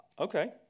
okay